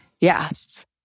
Yes